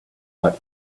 but